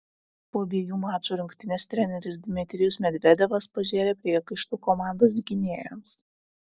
po abiejų mačų rinktinės treneris dmitrijus medvedevas pažėrė priekaištų komandos gynėjams